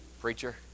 preacher